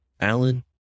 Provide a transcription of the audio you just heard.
Alan